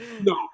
No